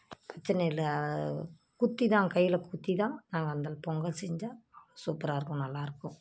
பச்சை நெல்லு குத்தி தான் கையில் குத்தி தான் நாங்கள் அந்துல பொங்கல் செஞ்சால் சூப்பராக இருக்கும் நல்லாயிருக்கும்